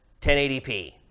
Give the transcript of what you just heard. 1080p